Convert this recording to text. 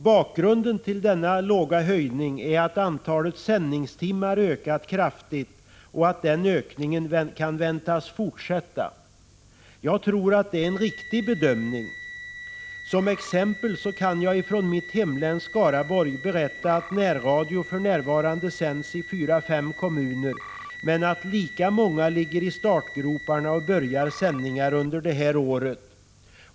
Bakgrunden till den låga höjningen är att antalet sändningstimmar kraftigt ökat och att den ökningen kan väntas fortsätta. Jag tror att det är en riktig bedömning. Som exempel kan jag från mitt hemlän, Skaraborg, berätta att närradio för närvarande sänds i fyra fem kommuner men att lika många ligger i startgroparna och börjar sändningar under det här året.